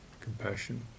compassion